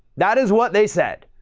that is what they said.